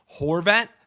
Horvat